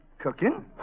Cooking